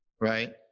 right